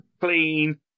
clean